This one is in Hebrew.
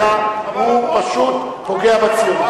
הוא פשוט פוגע בציונות.